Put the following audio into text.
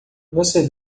você